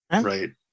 right